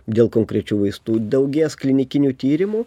dėl konkrečių vaistų daugės klinikinių tyrimų